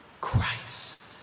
Christ